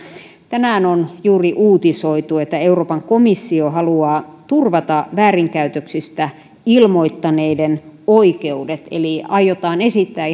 tänään on juuri uutisoitu että euroopan komissio haluaa turvata väärinkäytöksistä ilmoittaneiden oikeudet eli aiotaan esittää